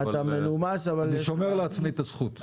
אבל אני שומר לעצמי את הזכות.